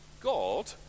God